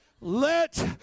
let